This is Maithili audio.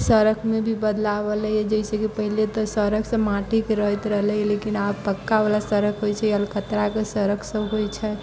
सड़कमे भी बदलाव अयलै है जइसे कि पहिले तऽ सड़क सभ माटिके रहैत रहले लेकिन आब पक्का बला सड़क होइ छै अलकतराके सड़क सभ होइ छै